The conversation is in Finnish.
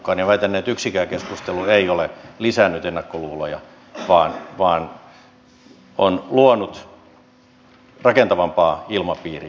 väitän että yksikään keskustelu ei ole lisännyt ennakkoluuloja vaan on luonut rakentavampaa ilmapiiriä